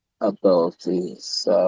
abilities